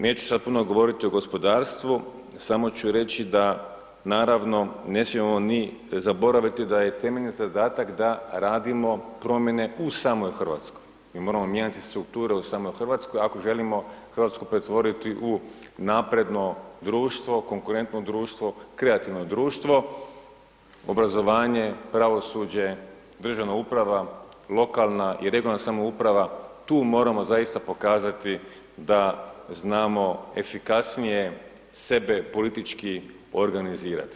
Neću sad puno govoriti o gospodarstvu, samo ću reći da, naravno, ne smijemo ni zaboraviti da je temeljni zadatak da radimo promjene u samoj Hrvatskoj, mi moramo mijenjati strukture u samoj Hrvatskoj, ako želimo Hrvatsku pretvoriti u napredno društvo, konkurentno društvo, kreativno društvo, obrazovanje, pravosuđa, državna uprava, lokalna i regionalna samouprava, tu moramo zaista pokazati da znamo efikasnije sebe politički organizirati.